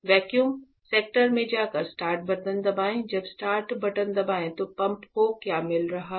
vacuum sector में जाकर start button दबाएं जब स्टार्ट बटन दबाएं तो पंप को क्या मिल रहा है